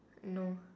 no